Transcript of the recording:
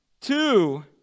Two